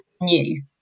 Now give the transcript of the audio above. new